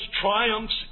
triumphs